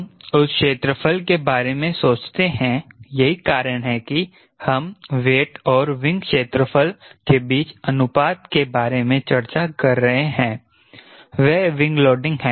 हम उस क्षेत्रफल के बारे में सोचते हैं यही कारण है कि हम वेट और विंग क्षेत्रफल के बीच अनुपात के बारे में चर्चा कर रहे हैं वह विंग लोडिंग है